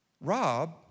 Rob